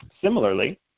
Similarly